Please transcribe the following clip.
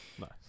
Nice